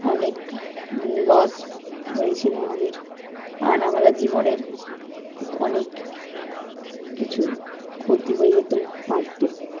অনেক লস হয়েছিলো আমাদের আর আমরা জীবনের অনেক কিছু ক্ষতি হয়ে যেতেও পারত